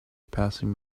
passing